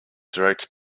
direct